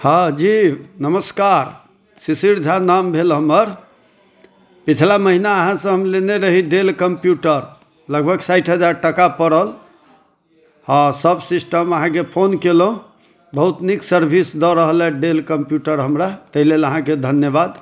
हँ जी नमस्कार शिशिर झा नाम भेल हमर पिछला महीना अहाँसँ हम लेने रही डेल कम्प्यूटर लगभग साठि हजार टाका पड़ल आओर सभ सिस्टम अहाँके हम फोन कयलहुँ बहुत नीक सर्विस दअ रहल अइ डेल कम्प्यूटर हमरा ताहि लेल अहाँके धन्यवाद